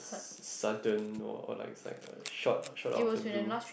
s~ sudden or like is like a short of short of the blue